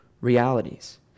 realities